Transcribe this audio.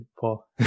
paul